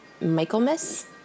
Michaelmas